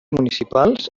municipals